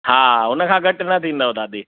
हा उनखां घटि न थींदव दादी